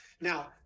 Now